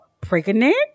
pregnant